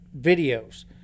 videos